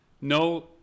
No